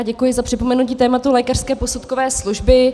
Děkuji za připomenutí tématu lékařské posudkové služby.